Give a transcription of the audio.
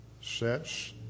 sets